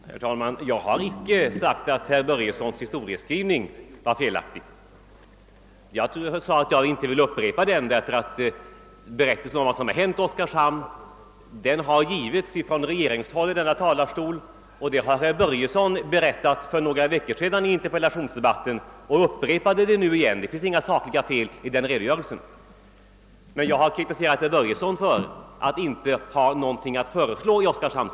Herr talman! Jag har inte sagt att herr Börjessons i Glömminge historieskrivning var felaktig, men jag ville inte upprepa den. Redogörelse för vad som hänt i Oskarshamn har lämnats från regeringshåll i denna talarstol, och herr Börjesson har också berättat om saken för några veckor sedan i en interpellationsdebatt. Jag har kritiserat herr Börjesson därför att han inte har något att föreslå i fallet Oskarshamn.